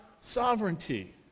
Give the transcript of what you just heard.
sovereignty